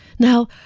Now